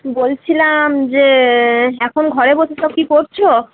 বলছিলাম যে এখন ঘরে বসে সব কী করছ